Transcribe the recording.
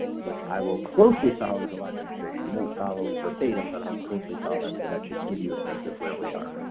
which i will closely follow in the live demonstration. it won't follow verbatim but i'll closely follow that, so that should give you a sense of where we are.